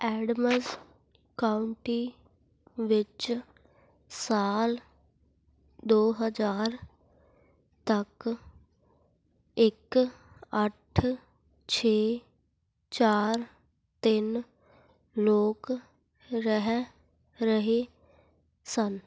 Adams county ਵਿੱਚ ਸਾਲ ਦੋ ਹਜ਼ਾਰ ਤੱਕ ਇੱਕ ਅੱਠ ਛੇ ਚਾਰ ਤਿੰਨ ਲੋਕ ਰਹਿ ਰਹੇ ਸਨ